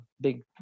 big